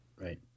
Right